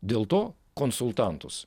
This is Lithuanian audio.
dėl to konsultantus